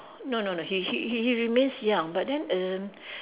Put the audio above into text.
no no no he he he remains young but then err